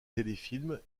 téléfilms